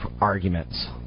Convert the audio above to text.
arguments